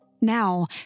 now